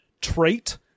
trait